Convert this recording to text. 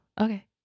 okay